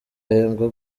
ahembwa